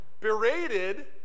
berated